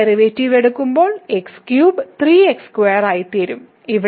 derivative എടുക്കുമ്പോൾ x3 3x2 ആയിത്തീരുകയും